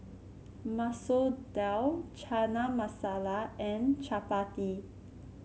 Masoor Dal Chana Masala and Chapati